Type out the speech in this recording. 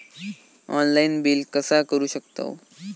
Online bill कसा करु शकतव?